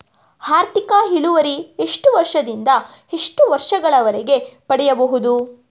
ಆರ್ಥಿಕ ಇಳುವರಿ ಎಷ್ಟು ವರ್ಷ ದಿಂದ ಎಷ್ಟು ವರ್ಷ ಗಳವರೆಗೆ ಪಡೆಯಬಹುದು?